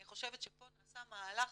אני חושבת שפה נעשה מהלך